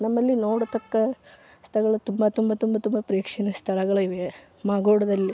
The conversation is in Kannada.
ನಮ್ಮಲ್ಲಿ ನೋಡತಕ್ಕ ಸ್ಥಳಗಳು ತುಂಬ ತುಂಬ ತುಂಬ ತುಂಬ ಪ್ರೇಕ್ಷಣಿಯ ಸ್ಥಳಗಳು ಇವೆ ಮಾಗೊಡದಲ್ಲಿ